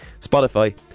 spotify